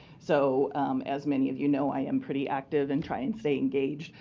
so as many of you know, i am pretty active, and try and stay engaged.